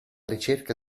ricerca